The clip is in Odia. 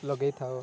ଲଗାଇଥାଉ